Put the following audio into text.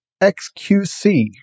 XQC